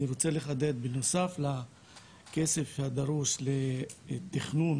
אני רוצה לחדד שבנוסף לכסף הדרוש לתכנון,